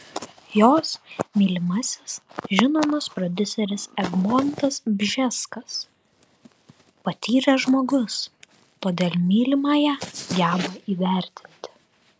jos mylimasis žinomas prodiuseris egmontas bžeskas patyręs žmogus todėl mylimąją geba įvertinti